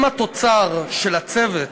אם התוצר של הצוות